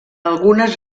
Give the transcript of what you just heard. algunes